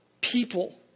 people